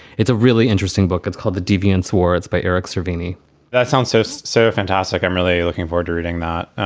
it's a really interesting book. it's called the deviant swartz by eric salvini that sounds so so sarah. fantastic. i'm really looking forward to reading that.